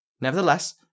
Nevertheless